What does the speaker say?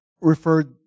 referred